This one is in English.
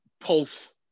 pulse